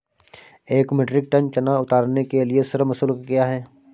एक metric tonne चना उतारने के लिए श्रम शुल्क क्या है?